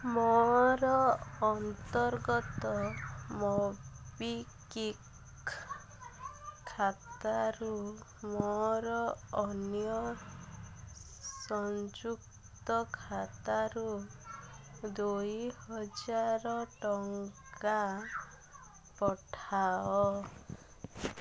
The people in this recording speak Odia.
ମୋର ଅନ୍ତର୍ଗତ ମୋବିକିକ୍ ଖାତାରୁ ମୋର ଅନ୍ୟ ସଂଯୁକ୍ତ ଖାତାରୁ ଦୁଇ ହଜାର ଟଙ୍କା ପଠାଅ